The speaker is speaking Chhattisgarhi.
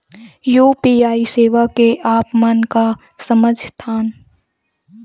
यू.पी.आई सेवा से आप मन का समझ थान?